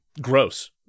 Gross